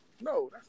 No